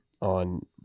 on